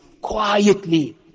quietly